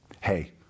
Hey